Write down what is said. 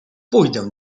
pójdę